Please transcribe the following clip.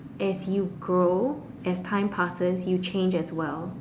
as you grow as time passes you change as well